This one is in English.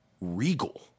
regal